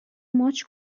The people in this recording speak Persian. ماچ